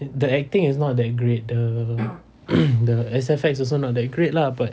the acting is not that great the the S_F_X also not that great lah but